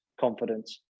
confidence